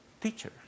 Teacher